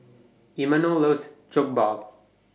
Imanol loves Jokbal